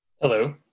Hello